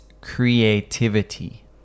creativity